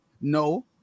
No